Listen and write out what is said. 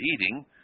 eating